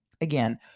again